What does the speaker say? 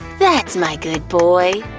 that's my good boy.